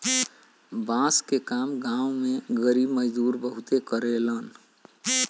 बांस के काम गांव में गरीब मजदूर बहुते करेलन